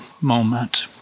moment